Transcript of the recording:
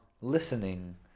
listening